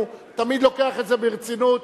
הוא תמיד לוקח את זה ברצינות,